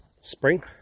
spring